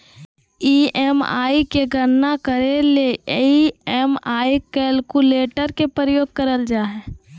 EMI के गणना करे ले ई.एम.आई कैलकुलेटर के प्रयोग करल जा हय